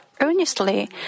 earnestly